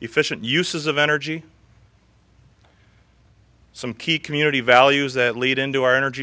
efficient uses of energy some key community values that lead into our energy